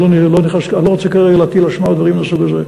אני לא רוצה כרגע להטיל אשמה או דברים מהסוג הזה,